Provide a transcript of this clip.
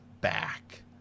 back